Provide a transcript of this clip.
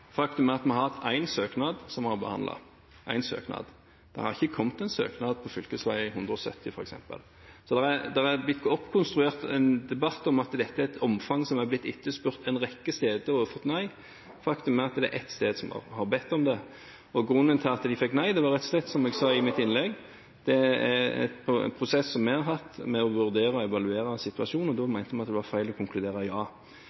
Faktum er at vi har hatt én søknad som vi har behandlet – én søknad. Det har ikke kommet noen søknad som gjelder fv. 170 f.eks. Så det er blitt konstruert en debatt om at dette er et tiltak som er blitt etterspurt en rekke steder og at de har fått nei. Faktum er at ett sted har bedt om det. Grunnen til at de fikk nei var rett og slett, som jeg sa i mitt innlegg, en prosess vi hadde med å vurdere og evaluere situasjonen. Da mente vi det var feil å konkludere med ja.